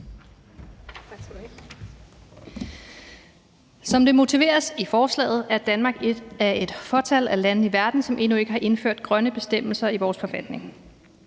Som det motiveres i forslaget, er Danmark et af et fåtal af lande i verden, som endnu ikke har indført grønne bestemmelser i vores forfatning.